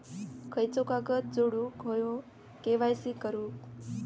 खयचो कागद जोडुक होयो के.वाय.सी करूक?